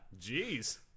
Jeez